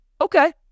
Okay